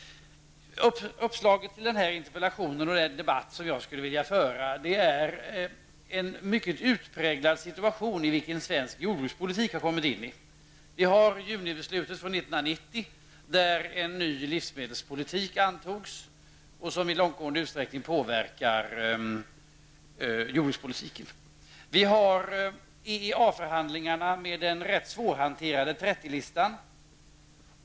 Uppslaget till den här interpellationen och därmed till den debatt som jag skulle vilja föra är den mycket utpräglade situation som svensk jordbrukspolitik har hamnat i. I och med junibeslutet 1990 antogs en ny livsmedelspolitik som i stor utsträckning påverkar jordbrukspolitiken. Vidare gäller det EEA förhandlingarna med den ganska svårhanterade 30 listan.